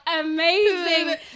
amazing